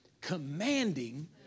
Commanding